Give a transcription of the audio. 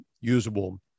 usable